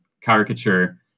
caricature